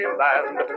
land